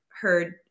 heard